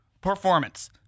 performance